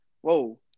Whoa